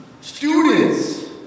Students